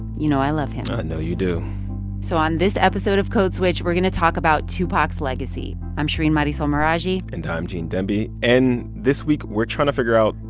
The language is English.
you know i love him i know you do so on this episode of code switch, we're going to talk about tupac's legacy. i'm shereen marisol meraji and i'm gene demby. and this week, we're trying to figure out,